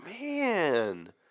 man